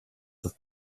ist